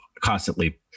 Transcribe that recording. constantly